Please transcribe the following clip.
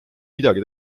midagi